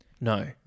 No